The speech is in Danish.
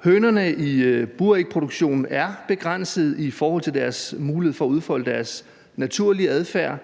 Hønerne i burægproduktionen er begrænsede i forhold til deres mulighed for at udfolde deres naturlige adfærd